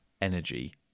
energy